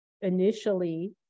initially